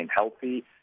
healthy